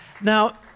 Now